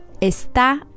está